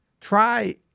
try